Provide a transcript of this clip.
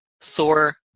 Thor